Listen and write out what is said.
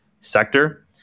sector